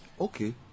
Okay